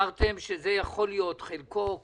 שאמרתם שזה יכול להיות חלקו או כולו,